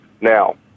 Now